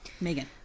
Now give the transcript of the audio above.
Megan